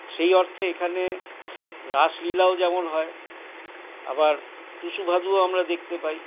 সেই অর্থে এখানে রাসলীলাও যেমন হয় আবার টুসু ভাদুও আমরা দেখতে পাই